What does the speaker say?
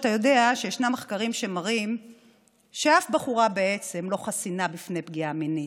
אתה יודע שיש מחקרים שמראים שאף בחורה בעצם לא חסינה בפני פגיעה מינית,